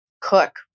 cook